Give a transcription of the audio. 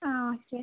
ആ ഓക്കെ